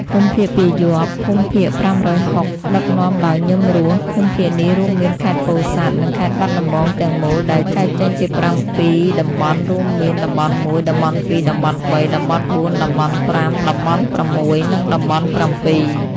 ភូមិភាគពាយ័ព្យ (ភូមិភាគ៥៦០) ដឹកនាំដោយ ញឹម រស់ ភូមិភាគនេះរួមមានខេត្តពោធិ៍សាត់ និងខេត្តបាត់ដំបង ទាំងមូល ដែលចែកចេញជាប្រាំពីរតំបន់រួមមានតំបន់១ តំបន់២ តំបន់៣ តំបន់៤ តំបន់៥ តំបន់៦ និងតំបន់៧។